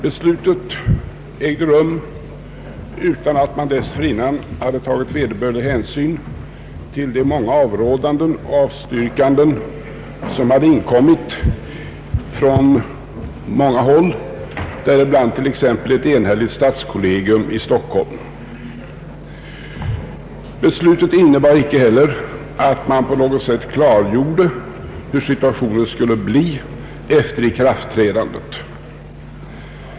Beslutet fattades utan att man dessförinnan hade tagit vederbörlig hänsyn till de många avrådanden och avstyrkanden som hade inkommit från olika håll, däribland t.ex. ett enhälligt stadskollegium i Stockholm. Beslutet innebar icke heller att man på något sätt klargjorde hur situationen skulle bli efter ikraftträdandet.